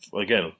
Again